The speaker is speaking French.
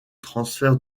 transfert